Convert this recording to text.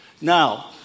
Now